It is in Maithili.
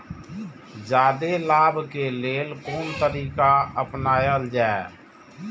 जादे लाभ के लेल कोन तरीका अपनायल जाय?